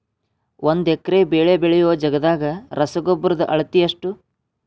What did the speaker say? ಒಂದ್ ಎಕರೆ ಬೆಳೆ ಬೆಳಿಯೋ ಜಗದಾಗ ರಸಗೊಬ್ಬರದ ಅಳತಿ ಎಷ್ಟು?